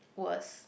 was